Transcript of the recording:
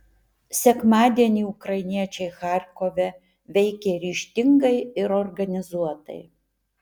sekmadienį ukrainiečiai charkove veikė ryžtingai ir organizuotai